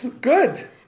good